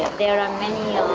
there are many